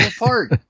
apart